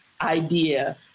idea